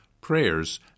prayers